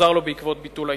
שהוחזר לו בעקבות ביטול העסקה.